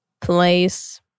place